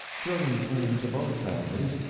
children came to both families.